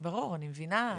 ברור, אני מבינה.